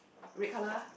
red colour ah